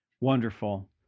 Wonderful